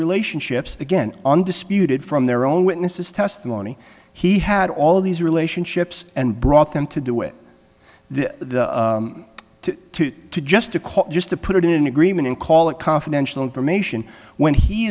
relationships again undisputed from their own witness's testimony he had all these relationships and brought them to do it this to to just to call just to put it in an agreement and call it confidential information when he